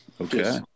Okay